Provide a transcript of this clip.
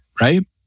right